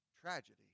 tragedy